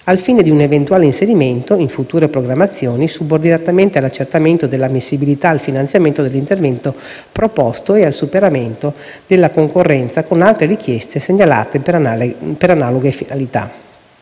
ai fini di un eventuale inserimento in future programmazioni, subordinatamente all'accertamento dell'ammissibilità al finanziamento dell'intervento proposto ed al superamento della concorrenza con altre richieste segnalate per analoghe finalità.